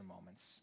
moments